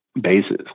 bases